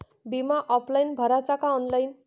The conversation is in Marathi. बिमा ऑफलाईन भराचा का ऑनलाईन?